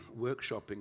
workshopping